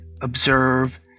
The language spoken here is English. observe